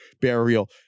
burial